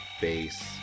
bass